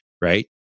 right